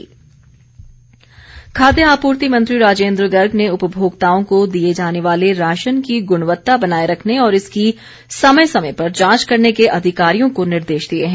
राजेन्द्र गर्ग खाद्य आपूर्ति मंत्री राजेन्द्र गर्ग ने उपभोक्ताओं को दिए जाने वाले राशन की गुणवत्ता बनाए रखने और इसकी समय समय पर जांच करने के अधिकारियों को निर्देश दिए हैं